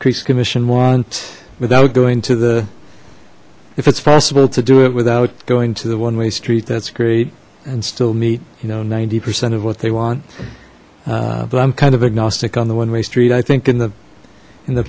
creeks commission want without going to the if it's possible to do it without going to the one way street that's great and still meet you know ninety percent of what they want but i'm kind of agnostic on the one way street i think in the in the